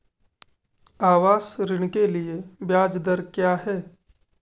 आवास ऋण के लिए ब्याज दर क्या हैं?